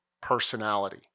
personality